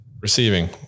receiving